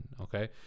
okay